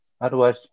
Otherwise